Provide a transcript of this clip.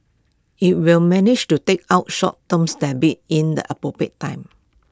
IT will manage to take out short terms debts in the appropriate time